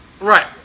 Right